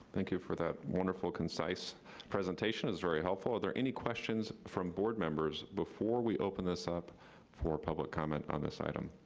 thank you for that wonderful concise presentation. it's very helpful. are there any questions from board members before we open this up for public comment on this item?